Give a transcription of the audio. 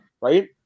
right